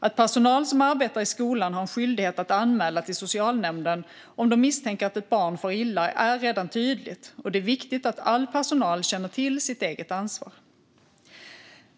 Att personal som arbetar i skolan har en skyldighet att anmäla till socialnämnden om de misstänker att ett barn far illa är redan tydligt, och det är viktigt att all personal känner till sitt eget ansvar.